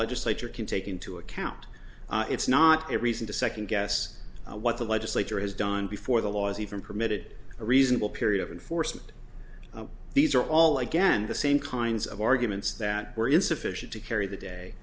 legislature can take into account it's not a reason to second guess what the legislature has done before the law is even permitted a reasonable period of enforcement these are all again the same kinds of arguments that were insufficient to carry the day